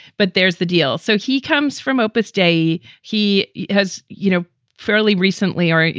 but there's the deal. so he comes from opus day. he he has, you know, fairly recently are, you